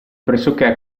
pressoché